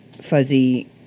fuzzy